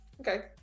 okay